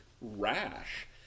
rash